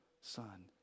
Son